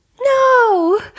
No